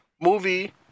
movie